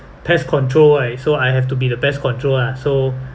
pest control ah I so I have to be the pest control lah so